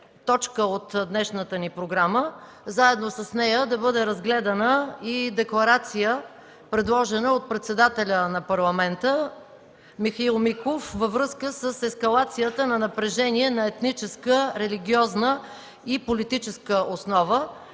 точка от днешната ни програма. Заедно с нея да бъде разгледана и декларация, предложена от председателя на Парламента Михаил Миков, във връзка с ескалацията на напрежение на етническа, религиозна и политическа основа.